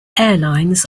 airlines